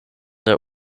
der